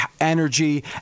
energy